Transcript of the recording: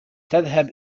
تذهب